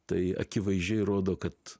tai akivaizdžiai rodo kad